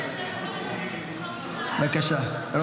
בבקשה, רון.